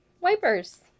wipers